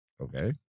Okay